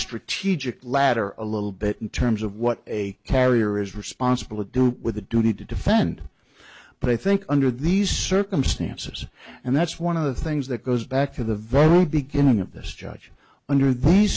strategic ladder a little bit in terms of what a carrier is responsible to do with a duty to defend but i think under these circumstances and that's one of the things that goes back to the very beginning of this charge under these